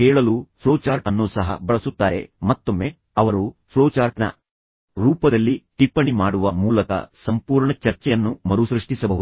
ಕೇಳಲು ಫ್ಲೋಚಾರ್ಟ್ ಅನ್ನು ಸಹ ಬಳಸುತ್ತಾರೆ ಮತ್ತೊಮ್ಮೆ ಅವರು ಫ್ಲೋಚಾರ್ಟ್ನ ರೂಪದಲ್ಲಿ ಟಿಪ್ಪಣಿ ಮಾಡುವ ಮೂಲಕ ಸಂಪೂರ್ಣ ಚರ್ಚೆಯನ್ನು ಮರುಸೃಷ್ಟಿಸಬಹುದು